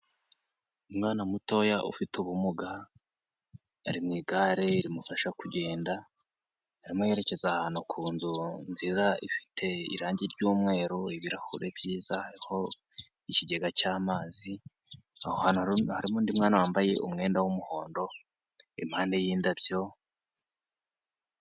Umwana mutoya ufite ubumuga ari mu igare rimufasha kugenda, arimo yerekeza ahantu ku nzu nziza ifite irangi ry'umweru, ibirahure byiza, hariho ikigega cy'amazi, aho hantu rero harimo undi mwana wambaye umwenda w'umuhondo impande y'indabyo.